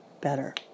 better